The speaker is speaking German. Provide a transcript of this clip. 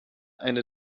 eine